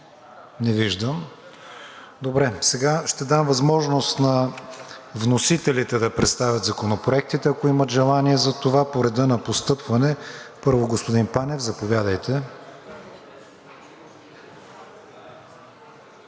Не виждам. В такъв случай ще дам възможност на вносителите да представят законопроектите, ако имат желание за това, по реда на постъпване. Първо, господин Панев. Заповядайте.